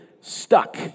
stuck